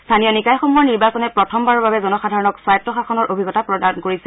স্থানীয় নিকায়সমূহৰ নিৰ্বাচনে প্ৰথমবাৰৰ বাবে জনসাধাৰণক স্বায়ত্ত শাসনৰ অভিজ্ঞতা প্ৰদান কৰিছে